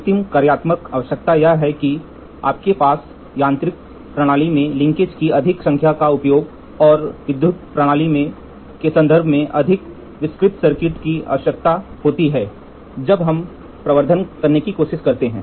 अंतिम कार्यात्मक आवश्यकता यह है कि आपके पास यांत्रिक प्रणाली में लिंकेज की अधिक संख्या का उपयोग और विद्युत प्रणाली के संदर्भ में अधिक विस्तृत सर्किट की आवश्यकता होती है जब हम प्रवर्धन करने की कोशिश करते हैं